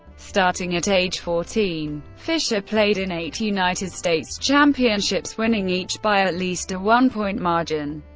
starting at age fourteen, fischer played in eight united states championships, winning each by at least a one-point margin.